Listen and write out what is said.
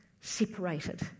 separated